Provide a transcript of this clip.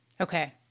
Okay